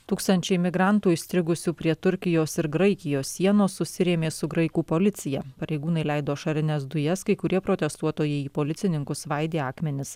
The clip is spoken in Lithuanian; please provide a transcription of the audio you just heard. tūkstančiai migrantų įstrigusių prie turkijos ir graikijos sienos susirėmė su graikų policija pareigūnai leido ašarines dujas kai kurie protestuotojai į policininkus svaidė akmenis